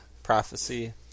Prophecy